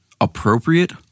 appropriate